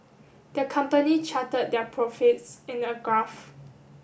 the company charted their profits in a graph